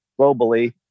globally